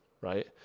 right